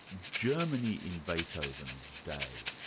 germany in beethoven's day,